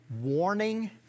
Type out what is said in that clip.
warning